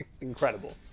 Incredible